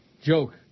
joke